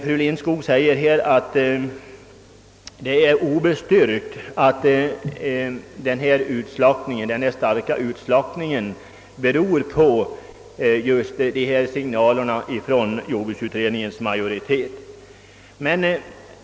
Fru Lindskog anför att det skulle vara obestyrkt att den starka utslaktningen beror på de uttalanden som gjorts från jordbruksutredningens majoritet.